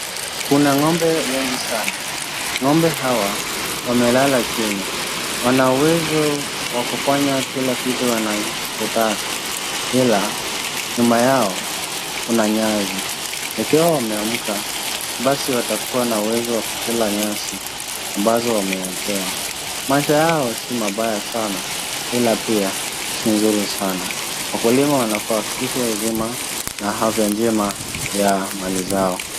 Kuna ng'ombe wengi sana. Ng'ombe hawa wamelala chini. Wana uwezo wa kufanya kila kitu wanachotaka ila nyuma yao kuna nyasi. Ikiwa wameamka basi watakuwa na uwezo wa kukula nyasi ambazo wamewekewa. Maisha yao si mabaya sana ila pia si nzuri sana. Wakulima wanafaa wahakikishe uzima na afya njema ya mali yao.